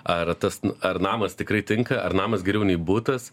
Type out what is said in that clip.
ar tas ar namas tikrai tinka ar namas geriau nei butas